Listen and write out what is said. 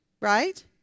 right